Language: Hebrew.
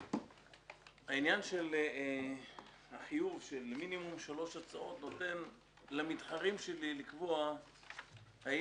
העניין של החיוב של מינימום שלוש הצעות נותן למתחרים שלי לקבוע אם